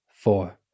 four